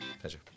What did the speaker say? Pleasure